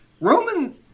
Roman